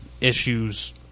issues